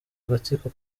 agatsiko